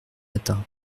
matin